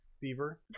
fever